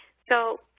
so